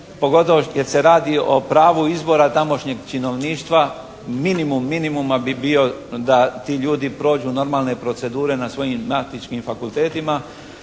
pogotovo jer se radi o pravu izbora tamošnjeg činovništva minimum minimuma bi bio da ti ljudi prođu normalne procedure na svojim matičnim fakultetima